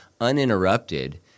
uninterrupted